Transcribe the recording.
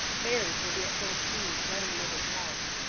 fairies will be at full speed, running in every pass.